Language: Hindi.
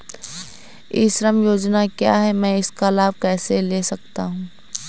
ई श्रम योजना क्या है मैं इसका लाभ कैसे ले सकता हूँ?